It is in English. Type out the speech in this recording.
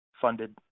funded